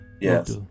Yes